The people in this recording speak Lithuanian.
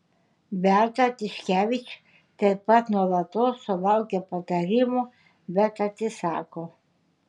beata tiškevič taip pat nuolatos sulaukia patarimų bet atsisako